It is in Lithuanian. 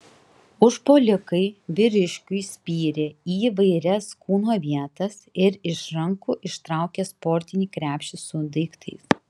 užpuolikai vyriškiui spyrė į įvairias kūno vietas ir iš rankų ištraukė sportinį krepšį su daiktais